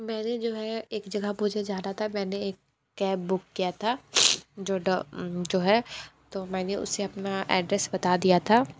मैंने जो है एक जगह पर मुझे जाना था मैंने एक कैब बुक किया था जो जो है तो मैंने उसे अपना एड्रेस बता दिया था